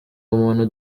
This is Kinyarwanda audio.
ubumuntu